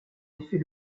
effet